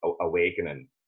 awakening